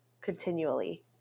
continually